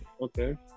okay